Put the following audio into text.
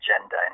agenda